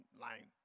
line